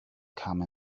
come